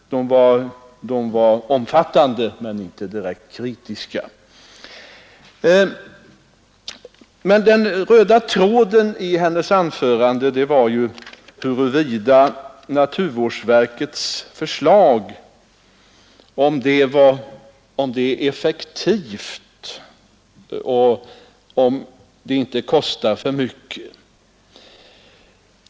De var omfattande men inte direkt kritiska. Den röda tråden i fru Mogårds anförande var huruvida åtgärderna i naturvårdsverkets förslag var effektiva och om förslaget inte kostar för mycket att förverkliga.